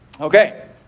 Okay